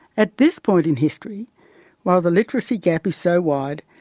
at this point in history while the literacy gap is so wide,